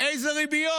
באילו ריביות.